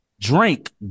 Drink